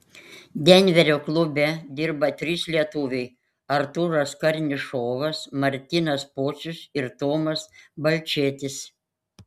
denverio klube dirba trys lietuviai artūras karnišovas martynas pocius ir tomas balčėtis